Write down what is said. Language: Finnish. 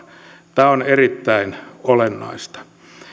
tämä on erittäin olennaista